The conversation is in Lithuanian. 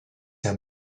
jam